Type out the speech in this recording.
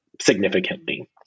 significantly